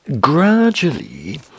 gradually